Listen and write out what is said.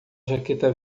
jaqueta